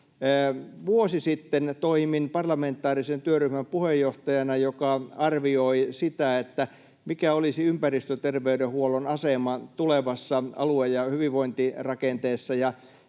Vuosi sitten toimin puheenjohtajana parlamentaarisessa työryhmässä, joka arvioi sitä, mikä olisi ympäristöterveydenhuollon asema tulevassa alue‑ ja hyvinvointirakenteessa.